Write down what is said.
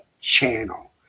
channel